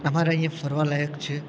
અમારે અહીંયા ફરવા લાયક છે